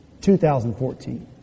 2014